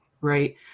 right